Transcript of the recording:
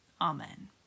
Amen